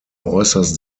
äußerst